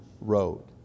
road